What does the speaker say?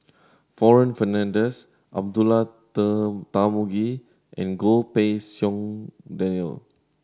Warren Fernandez Abdullah Tarmugi and Goh Pei Siong Daniel